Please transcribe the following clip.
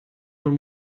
von